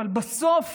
אבל בסוף